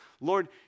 Lord